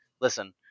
listen